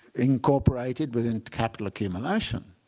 incorporated within capital accumulation.